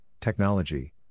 technology